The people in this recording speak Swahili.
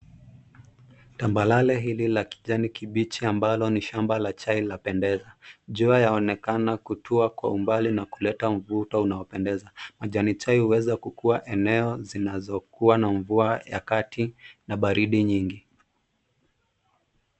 Tambalale hili la kijani kibichi ambalo ni shamba la chai lapendeza. Jua linaonekana kutua kwa umbali na kuleta mvuto unaopendeza. Majani chai huweza kukua eneo zinazokuwa na mvua ya kati na baridi nyingi.